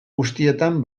guztietan